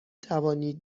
توانید